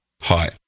Hi